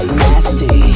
nasty